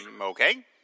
Okay